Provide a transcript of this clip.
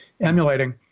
emulating